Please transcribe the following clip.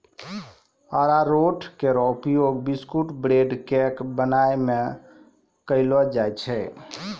अरारोट केरो उपयोग biscuit, bread, cake बनाय म कयलो जाय छै